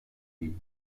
die